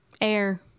air